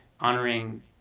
honoring